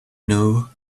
know